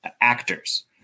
actors